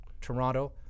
Toronto